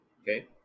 Okay